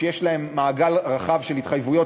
שיש להם מעגל רחב של התחייבויות,